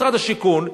משרד השיכון,